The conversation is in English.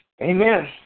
Amen